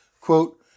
quote